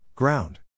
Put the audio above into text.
Ground